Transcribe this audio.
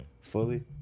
Fully